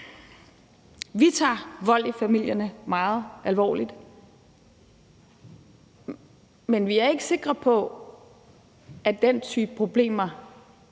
Vi tager vold i familierne meget alvorligt, men vi er ikke sikre på, at den type problemer